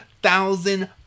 thousand